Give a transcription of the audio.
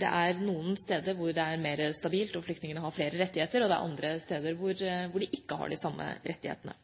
Det er noen steder hvor det er mer stabilt og flyktningene har flere rettigheter, og det er andre steder hvor de ikke har de samme rettighetene.